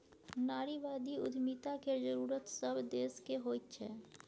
नारीवादी उद्यमिता केर जरूरत सभ देशकेँ होइत छै